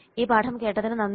ഈ പാഠം കേട്ടതിന് നന്ദി